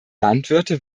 landwirte